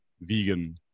vegan